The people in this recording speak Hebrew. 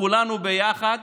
כולנו ביחד,